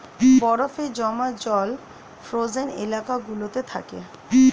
বরফে জমা জল ফ্রোজেন এলাকা গুলোতে থাকে